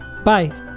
Bye